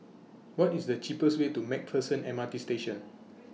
What IS The cheapest Way to MacPherson M R T Station